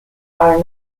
are